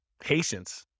Patience